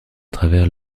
travers